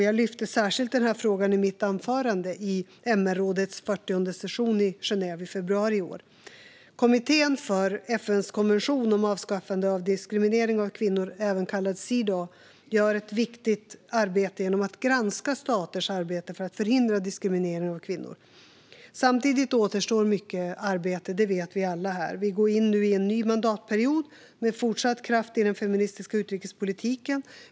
Jag lyfte särskilt denna fråga i mitt anförande i MR-rådets 40:e session i Genève i februari i år. Kommittén för FN:s konvention om avskaffande av diskriminering av kvinnor, även kallad Cedaw, gör ett viktigt arbete genom att granska staters arbete för att förhindra diskriminering av kvinnor. Samtidigt återstår mycket arbete, det vet vi alla här. Vi går nu in i en ny mandatperiod med fortsatt kraft i den feministiska utrikespolitiken.